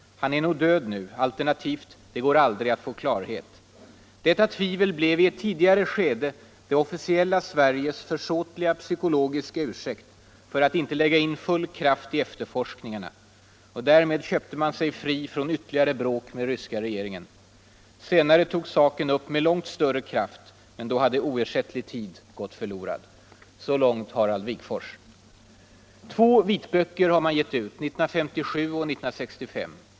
Han är nog död nu, alternativt: det går aldrig att få klarhet. Detta tvivel blev i ett tidigare skede det officiella Sveriges försåtliga psykologiska ursäkt för att inte lägga in full kraft i efterforskningarna, och därmed köpte man sig fri från ytterligare bråk med ryska regeringen. Senare togs saken upp med långt större kraft, men då hade oersättlig tid gått förlorad.” Två vitböcker har getts ut, 1957 och 1965.